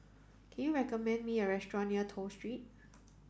can you recommend me a restaurant near Toh Street